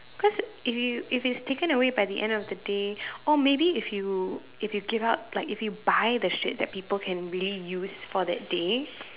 cause if you if it's taken away by the end of the day or maybe if you if you give out like if you buy the shit that people can really use for that day